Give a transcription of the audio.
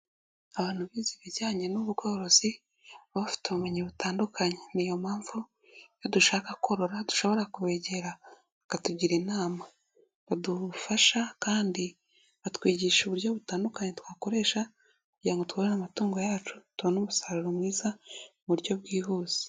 Abantu bize ibijyanye n'ubworozi, baba bafite ubumenyi butandukanye. Niyo mpamvu iyo dushaka korora, dushobora kubegera bakatugira inama. Badufasha kandi batwigisha uburyo butandukanye twakoresha kugira ngo tubone amatungo yacu tubone umusaruro mwiza mu buryo bwihuse.